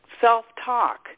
self-talk